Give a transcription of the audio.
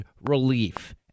relief